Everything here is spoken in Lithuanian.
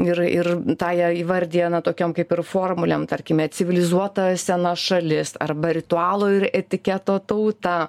ir ir tą jie įvardija na tokiom kaip ir formulėm tarkime civilizuota sena šalis arba ritualo ir etiketo tauta